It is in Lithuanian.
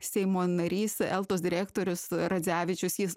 seimo narys eltos direktorius radzevičius jis